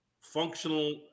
functional